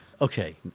Okay